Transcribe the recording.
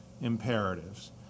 imperatives